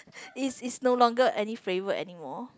is is no longer any favorite anymore